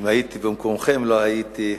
אם הייתי במקומכם לא הייתי מנומס.